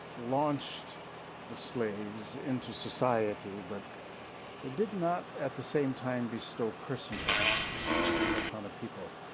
launched the slaves into society but it did not at the same time bestow personhood upon a people,